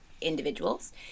individuals